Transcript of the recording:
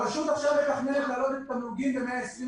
רשות מקרקעי ישראל עכשיו מתכננת להעלות את התמלוגים ב-120%.